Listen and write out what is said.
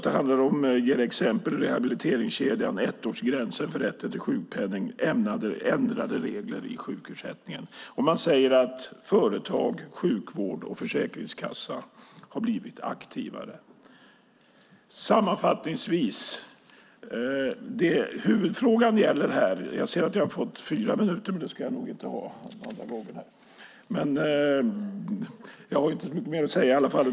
- Det handlar om rehabiliteringskedjan, ettårsgränsen för rätten till sjukpenning samt ändrade regler i sjukersättningen." Man säger att företag, sjukvård och försäkringskassa har blivit aktivare. Jag ser att jag har fått fyra minuters talartid, men det ska jag nog inte ha andra gången. Jag har inte så mycket mer att säga i alla fall.